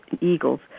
eagles